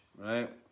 Right